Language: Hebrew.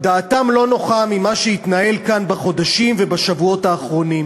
דעתם לא נוחה ממה שהתנהל כאן בחודשים ובשבועות האחרונים.